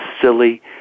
silly